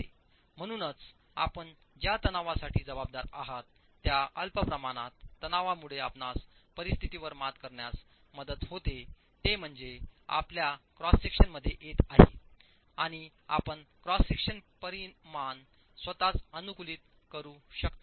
म्हणूनच आपण ज्या तणावासाठी जबाबदार आहात त्या अल्प प्रमाणात तणावामुळे आपणास परिस्थितीवर मात करण्यास मदत होते ते म्हणजे आपल्या क्रॉस सेक्शन मध्ये येत आहे आणि आपण क्रॉस सेक्शन परिमाण स्वतःच अनुकूलित करू शकता